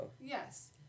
yes